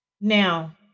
Now